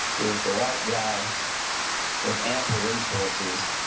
he was the right guy with ample resources